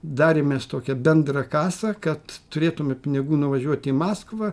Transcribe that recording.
darėmės tokią bendrą kasą kad turėtume pinigų nuvažiuot į maskvą